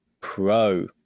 Pro